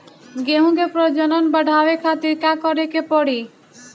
गेहूं के प्रजनन बढ़ावे खातिर का करे के पड़ी?